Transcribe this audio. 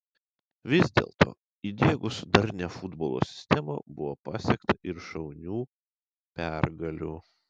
vis dėlto įdiegus darnią futbolo sistemą buvo pasiekta ir šaunių pergalių